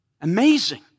Amazing